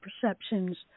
perceptions